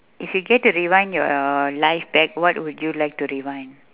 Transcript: if you get to rewind your life back what would like to rewind